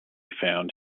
found